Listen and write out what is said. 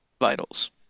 Vitals